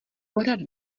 pořád